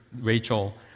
Rachel